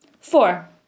Four